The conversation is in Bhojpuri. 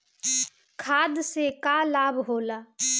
खाद्य से का लाभ होला?